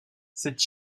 cette